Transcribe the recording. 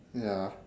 ya